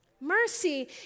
Mercy